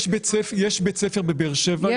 יש בית ספר בבאר שבע,